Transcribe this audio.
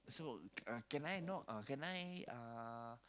so uh can I know uh can I uh